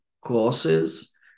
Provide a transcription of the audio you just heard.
courses